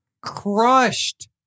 crushed